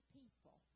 people